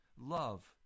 love